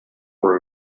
were